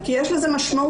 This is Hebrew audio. כי יש לזה משמעות,